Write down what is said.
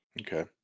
okay